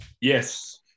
Yes